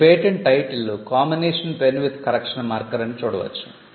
ఈ patent title 'combination pen with correction marker' అని చూడవచ్చు